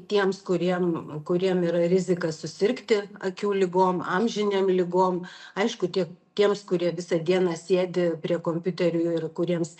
tiems kuriem kuriem yra rizika susirgti akių ligom amžinėm ligom aišku tiek tiems kurie visą dieną sėdi prie kompiuterių ir kuriems